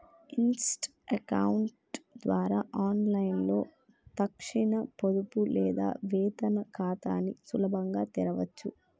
Insta account ద్వారా ఆన్లైన్లో తక్షణ పొదుపు లేదా వేతన ఖాతాని సులభంగా తెరవచ్చు